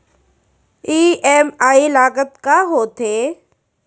EMI लागत का होथे?